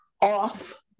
off